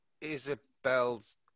isabel's